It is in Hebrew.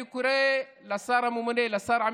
אני קורא לשר הממונה על רשות הבדואים,